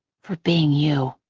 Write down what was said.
for being you.